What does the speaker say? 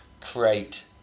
create